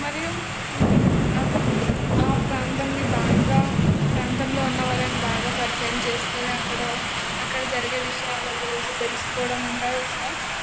మరియు ఆ ప్రాంతంని బాగా ప్రాంతంలో ఉన్న వాళ్ళని బాగా పరిచయం చేసుకుని అక్కడ అక్కడ జరిగే విషయాల గురించి తెలుసుకోవడం ఇంకా ఇష్టం